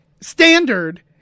standard